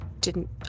didn't-